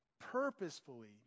purposefully